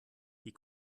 die